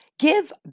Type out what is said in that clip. give